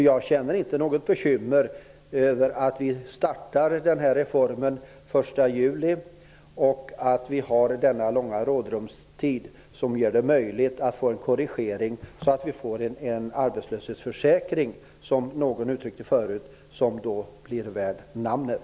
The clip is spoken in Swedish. Jag är inte bekymrad över att reformen införs den 1 juli. Vi har denna långa rådrumstid som gör det möjligt att göra korrigeringar så att arbetslöshetsförsäkringen blir värd namnet.